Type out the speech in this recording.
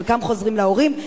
חלקם חוזרים להורים,